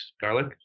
garlic